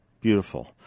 Beautiful